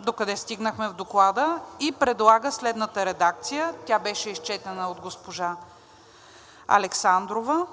докъде стигнахме в доклада, и предлага следната редакция – тя беше изчетена от госпожа Александрова.